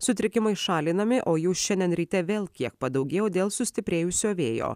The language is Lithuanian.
sutrikimai šalinami o jų šiandien ryte vėl kiek padaugėjo dėl sustiprėjusio vėjo